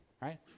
Right